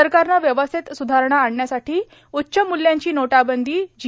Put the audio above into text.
सरकारनं व्यवस्थेत स्धारणा आणण्यासाठी उच्च मूल्यांची नोटाबंदी जी